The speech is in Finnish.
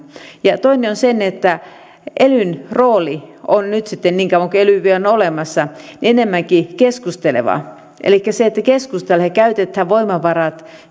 toinen on se että elyn rooli on nyt niin kauan kun ely vielä on olemassa enemmänkin keskusteleva elikkä keskustellen käytetään voimavarat